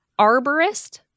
arborist